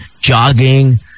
jogging